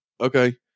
Okay